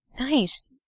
Nice